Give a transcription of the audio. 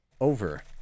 Over